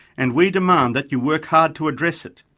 and we demand that you work hard to address it.